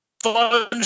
fun